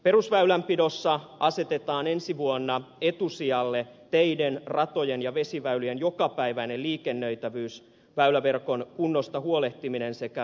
perusväylänpidossa asetetaan ensi vuonna etusijalle teiden ratojen ja vesiväylien jokapäiväinen liikennöitävyys väyläverkon kunnosta huolehtiminen sekä turvallisuus ja ympäristö